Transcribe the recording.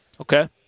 Okay